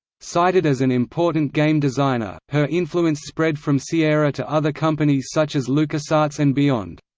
cited as an important game designer, her influenced spread from sierra to other companies such as lucasarts and beyond.